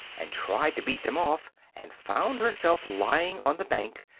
and tried to beat them off, and found herself lying on the bank,